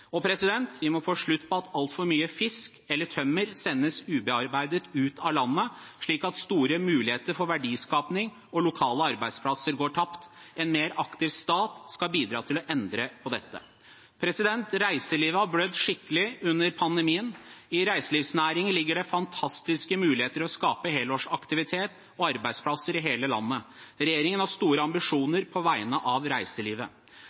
Vi må få slutt på at altfor mye fisk eller tømmer sendes ubearbeidet ut av landet, slik at store muligheter for verdiskaping og lokale arbeidsplasser går tapt. En mer aktiv stat skal bidra til å endre på dette. Reiselivet har blødd skikkelig under pandemien. I reiselivsnæringen ligger det fantastiske muligheter til å skape helårsaktivitet og arbeidsplasser i hele landet. Regjeringen har store ambisjoner på vegne av reiselivet.